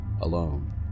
alone